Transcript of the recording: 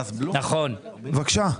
בבקשה.